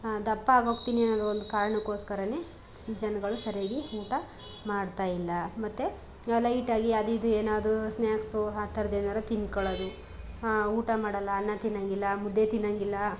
ದಪ್ಪ ಆಗೋಗ್ತೀನಿ ಅನ್ನೋದು ಒಂದು ಕಾರಣಕ್ಕೋಸ್ಕರವೇ ಜನಗಳು ಸರಿಯಾಗಿ ಊಟ ಮಾಡ್ತಾಯಿಲ್ಲ ಮತ್ತು ಲೈಟಾಗಿ ಅದು ಇದು ಏನಾದರೂ ಸ್ನ್ಯಾಕ್ಸೋ ಹಾ ಥರದ್ದು ಏನಾರು ತಿಳ್ಕೊಳ್ಳೋದು ಊಟ ಮಾಡೋಲ್ಲ ಅನ್ನ ತಿನ್ನೋಂಗಿಲ್ಲ ಮುದ್ದೆ ತಿನ್ನೋಂಗಿಲ್ಲ